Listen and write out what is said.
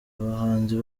abahanzi